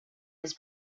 his